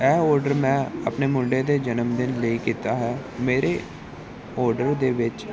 ਇਹ ਅੋਰਡਰ ਮੈਂ ਆਪਣੇ ਮੁੰਡੇ ਦੇ ਜਨਮਦਿਨ ਲਈ ਕੀਤਾ ਹੈ ਮੇਰੇ ਅੋਰਡਰ ਦੇ ਵਿੱਚ